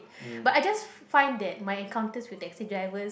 but I just find that my encounters with taxi drivers